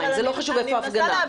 זה לא חשוב איפה ההפגנה.